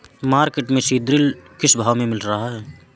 Market में seed drill किस भाव में मिल रहा है?